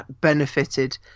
benefited